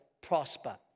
prosper